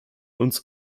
uns